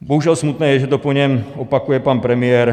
Bohužel smutné je, že to po něm opakuje pan premiér.